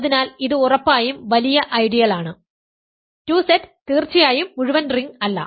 അതിനാൽ ഇത് ഉറപ്പായും വലിയ ഐഡിയൽ ആണ് 2Z തീർച്ചയായും മുഴുവൻ റിംഗ് അല്ല